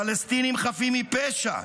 פלסטינים חפים מפשע,